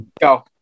go